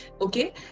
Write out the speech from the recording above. Okay